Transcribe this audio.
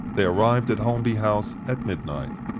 they arrived at holmby house at midnight.